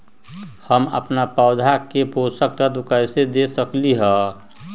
हम अपन पौधा के पोषक तत्व कैसे दे सकली ह?